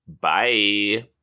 bye